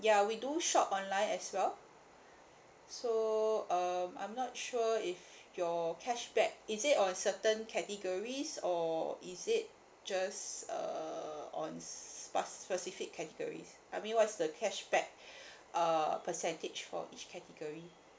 ya we do shop online as well so um I'm not sure if your cashback is it on certain categories or is it just err on spec~ specific categories I mean what's the cashback uh percentage for each category